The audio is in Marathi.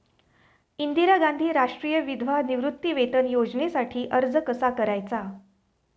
इंदिरा गांधी राष्ट्रीय विधवा निवृत्तीवेतन योजनेसाठी अर्ज कसा करायचा?